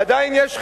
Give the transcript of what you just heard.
עדיין יש חלק.